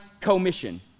commission